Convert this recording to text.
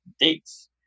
dates